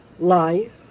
Life